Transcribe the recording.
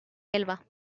elba